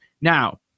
Now